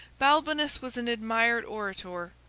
balbinus was an admired orator,